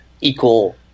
equal